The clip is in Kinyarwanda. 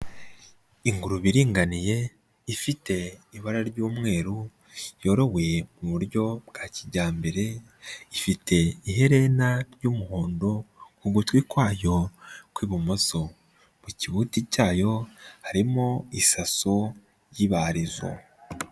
Ingurube iringaniye ifite ibara ry'umweru, yoroye muburyo bwa kijyambere, ifite iherena ry'umuhondo ku gutwi kwayo kw'ibumoso, mu kibuti cyayo harimo isaso y'ibarizo.